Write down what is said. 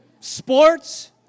sports